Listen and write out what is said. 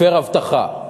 הפר הבטחה,